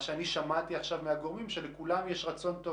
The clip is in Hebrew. שמעתי עכשיו מכל הגורמים האלה שלכולם יש רצון טוב,